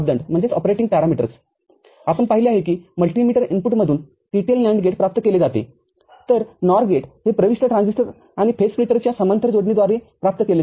आपण पाहिले आहे की मल्टी इमिटर इनपुटमधून TTL NAND गेट प्राप्त केले जाते तर NOR गेटहे प्रविष्ट ट्रान्झिस्टर आणि फेज स्प्लिटर्सच्या समांतर जोडणीद्वारे प्राप्त केले जाते